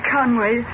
Conway